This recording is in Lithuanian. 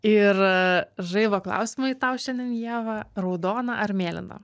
ir žaibo klausimai tau šiandien ieva raudona ar mėlyna